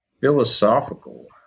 philosophical